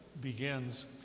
begins